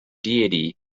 deity